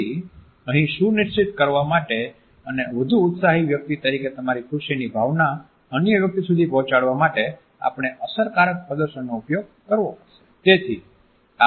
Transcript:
તેથી અહીં સુનિશ્ચિત કરવા માટે અને વધુ ઉત્સાહી વ્યક્તિ તરીકે તમારી ખુશીની ભાવના અન્ય વ્યક્તિ સુધી પહોંચાડવા માટે આપણે અસરકારક પ્રદર્શન નો ઉપયોગ કરવો પડશે